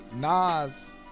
Nas